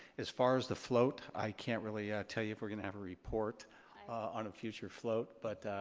as far as the float, i can't really tell you if we're gonna have a report on a future float but.